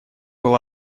был